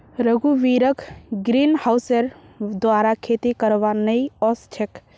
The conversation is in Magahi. रघुवीरक ग्रीनहाउसेर द्वारा खेती करवा नइ ओस छेक